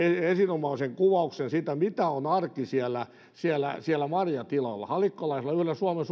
erinomaisen kuvauksen siitä mitä on arki siellä siellä marjatilalla halikkolaisella yhdellä suomen